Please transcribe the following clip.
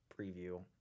preview